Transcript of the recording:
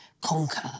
conquer